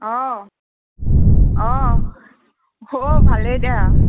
অঁ অঁ খবৰ ভালেই দে